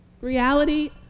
reality